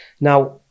Now